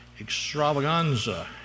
extravaganza